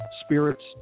spirits